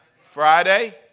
Friday